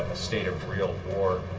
state of real war.